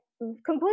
completely